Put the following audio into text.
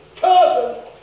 Cousin